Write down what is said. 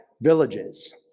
villages